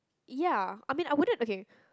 ya I mean I wouldn't okay